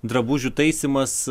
drabužių taisymas